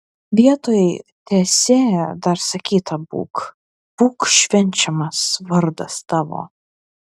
vietoj teesie dar sakyta būk būk švenčiamas vardas tavo